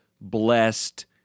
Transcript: blessed